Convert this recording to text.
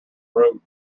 room